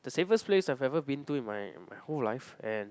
the safest place I have ever been to in my my whole life and